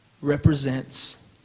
represents